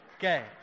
Okay